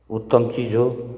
उत्तम चिज हो